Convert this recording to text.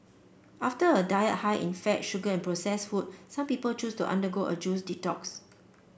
after a diet high in fat sugar and processed food some people choose to undergo a juice detox